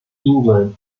england